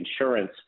insurance